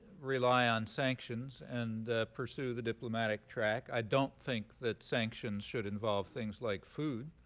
rely on sanctions and pursue the diplomatic track. i don't think that sanctions should involve things like food.